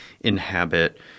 inhabit